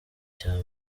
cya